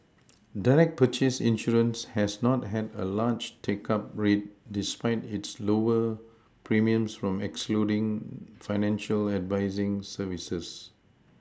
direct purchase insurance has not had a large take up rate despite its lower premiums from excluding financial advising services